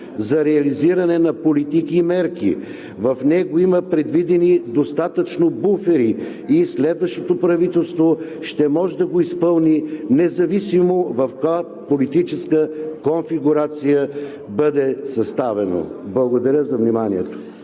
за реализиране на политики и мерки. В него има предвидени достатъчно буфери и следващото правителство ще може да го изпълни, независимо в каква политическа конфигурация бъде съставено. Благодаря за вниманието.